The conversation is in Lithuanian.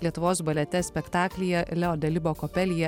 lietuvos balete spektaklyje leodalibo kopelija